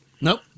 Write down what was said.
Nope